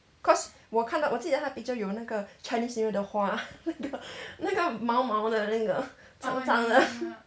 cause 我看到我记得它 picture 有那个 chinese new year 的花那个毛毛的那个长长的